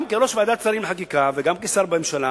גם כראש ועדת שרים לחקיקה וגם כשר בממשלה,